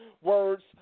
words